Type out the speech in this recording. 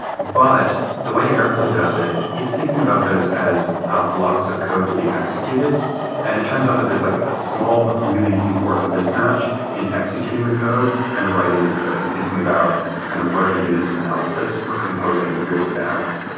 but the way airflow does it, it's thinking about those as ah blocks of code to be executed and it turns out that there's like a small but really important mismatch in executing the code and writing the code and thinking about kind of what are the units of analysis for composing real dags.